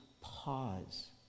pause